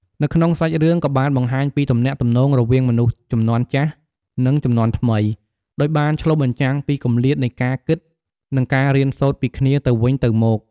នៅក្នុងសាច់រឿងក៏បានបង្ហាញពីទំនាក់ទំនងរវាងមនុស្សជំនាន់ចាស់ និងជំនាន់ថ្មី ដោយបានឆ្លុះបញ្ចាំងពីគម្លាតនៃការគិត និងការរៀនសូត្រពីគ្នាទៅវិញទៅមក ។